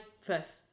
first